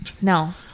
No